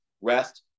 rest